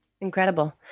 Incredible